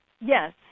Yes